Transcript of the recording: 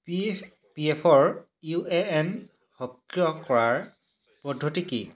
P P এফৰ U A N সক্ৰিয় কৰাৰ পদ্ধতি কি